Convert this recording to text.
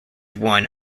one